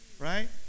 Right